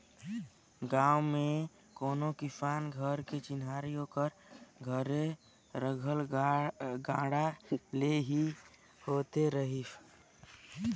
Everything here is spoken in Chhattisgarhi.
गाँव मे कोनो किसान घर कर चिन्हारी ओकर घरे रखल गाड़ा ले ही होवत रहिस